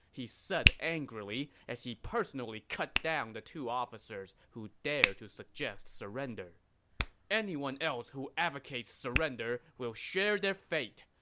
he said angrily as he personally cut down the two officers who dared to suggest surrender anyone else who advocates surrender will share their fate!